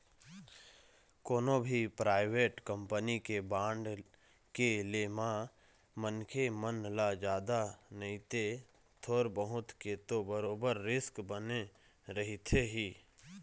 कोनो भी private company के बांड के ले म मनखे मन ल जादा नइते थोर बहुत के तो बरोबर रिस्क बने रहिथे ही